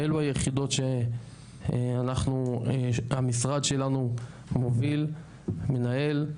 אלו היחידות שהמשרד שלנו מוביל, מנהל,